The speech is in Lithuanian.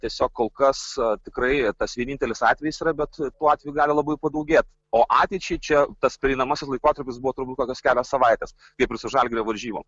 tiesiog kol kas tikrai tas vienintelis atvejis yra bet tų atvejų gali labai padaugėt o ateičiai čia tas pereinamasis laikotarpis buvo turbūt kokios kelios savaitės kaip ir su žalgirio varžybom